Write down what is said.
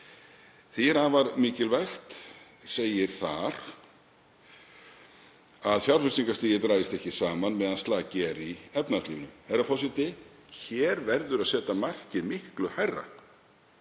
Því er afar mikilvægt, segir þar, að fjárfestingarstigið dragist ekki saman meðan slaki er í efnahagslífinu. Herra forseti. Hér verður að setja markið miklu hærra